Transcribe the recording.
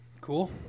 cool